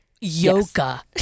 Yoga